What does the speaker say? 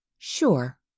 Sure